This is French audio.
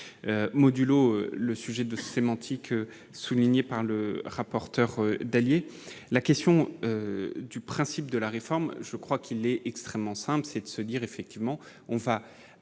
modulo le sujet de sémantique, soulignée par le rapporteur d'alliés, la question du principe de la réforme, je crois qu'il est extrêmement simple, c'est de se dire effectivement on va